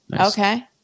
Okay